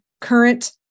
current